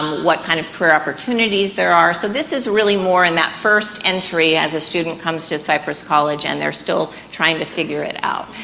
what kind of career opportunities there are, so this is really more in that first entry as a student comes to cypress college and they're still trying to figure it out.